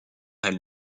elle